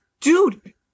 dude